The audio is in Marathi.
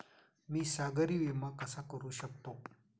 मी सागरी विमा कसा करू शकतो?